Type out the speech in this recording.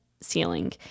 ceiling